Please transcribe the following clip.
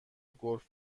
گلف